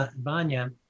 Vanya